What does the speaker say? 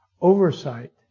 oversight